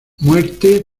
muerte